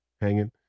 hanging